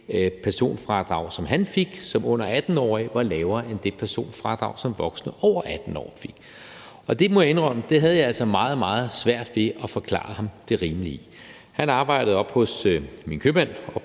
personfradrag, som han fik som under 18-årig, var lavere end det personfradrag, som voksne over 18 år fik. Det må jeg indrømme jeg havde meget, meget svært ved at forklare ham det rimelige i. Han arbejdede oppe hos Min Købmand